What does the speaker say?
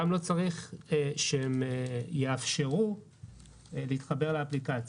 גם לא צריך שהם יאפשרו להתחבר לאפליקציה.